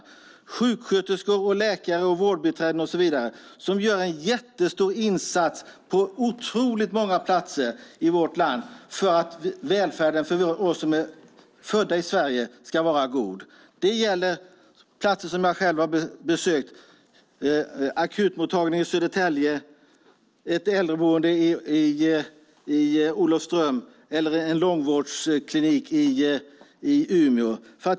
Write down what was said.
Det är sjuksköterskor, läkare och vårdbiträden som gör en jättestor insats på många platser i vårt land för att välfärden för oss som är födda i Sverige ska vara god. Det gäller platser som jag själv har besökt, som akutmottagningen i Södertälje, ett äldreboende i Olofström och en långvårdsklinik i Umeå.